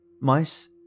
Mice